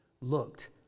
looked